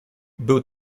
był